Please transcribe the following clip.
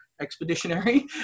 expeditionary